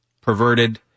perverted